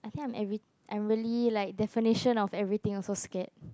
I think I'm every~ I'm really like definition of everything also scared